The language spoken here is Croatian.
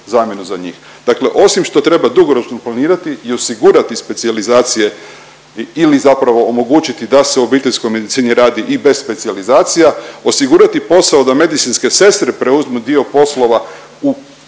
zamjenu za njih. Dakle, osim što treba dugoročno planirati i osigurati specijalizacije ili zapravo omogućiti da se u obiteljskoj medicini radi i bez specijalizacija, osigurati posao da medicinske sestre preuzmu dio poslova u